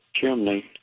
chimney